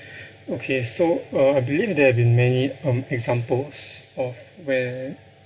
okay so uh I believe there have been many um examples of where